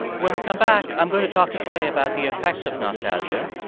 when we come back, i'm going to talk to clay about the effects of nostalgia.